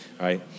right